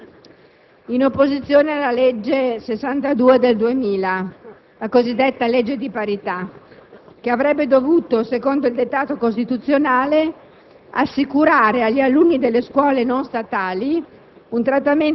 Questa posizione non è dettata da una logica statalista e centralista. In realtà, vogliamo cogliere gli elementi di novità e di riflessione sul rapporto pubblico-privato che